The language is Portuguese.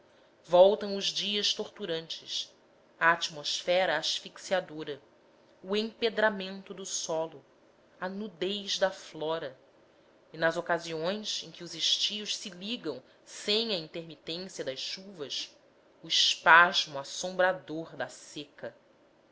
voltam os dias torturantes a atmosfera asfixiadora o empedramento do solo a nudez da flora e nas ocasiões em que os estios se ligam sem a intermitência das chuvas o espasmo assombrador da seca